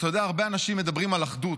אתה יודע, הרבה אנשים מדברים על אחדות,